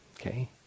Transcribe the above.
Okay